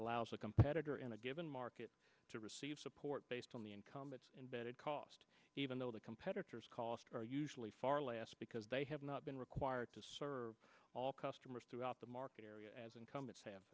allows a competitor in a given market to receive support based on the income imbedded cost even though the competitors cost usually far less because they have not been required to serve all customers throughout the market area as incumbents have